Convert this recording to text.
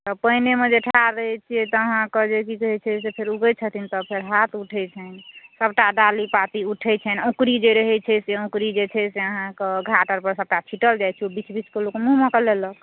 पानिमे जे ठाढ़ रहए छिऐ तऽ अहाँके जे छै की कहए छै फेर उगय छथिन तऽ फेर हाथ उठए छनि सभटा डाली पाती उठए छनि ओकरी जे रहए छै से अकुरी जे छै से अहाँकेँ घाट आर पर सभटा छीटल जाए छै ओ बीछ बीछक लोक मुँहमे कए लेलक